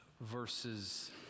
verses